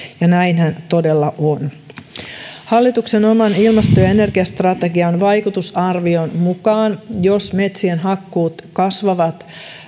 ja näinhän todella on hallituksen oman ilmasto ja energiastrategian vaikutusarvion mukaan jos metsien hakkuut kasvavat